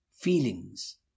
feelings